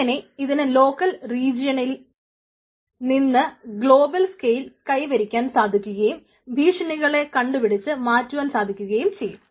അങ്ങനെ ഇതിന് ലോക്കൽ റീജനിൽ കൈവരിക്കാൻ സാധിക്കുകയും ഭീഷണികളെ കണ്ടു പിടിച്ച് മാറ്റുവാൻ സാധിക്കുകയും ചെയ്യുന്നു